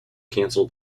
cancel